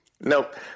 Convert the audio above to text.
Nope